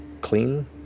clean